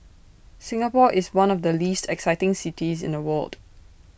Singapore is one of the least exciting cities in the world